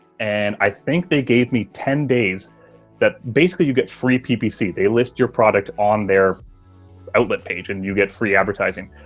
and i think they gave me ten days that basically you get free ppc. they list your product on their outlet page and you get free advertising.